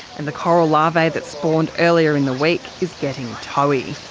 and the coral lava that spawned earlier in the week is getting toey.